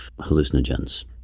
hallucinogens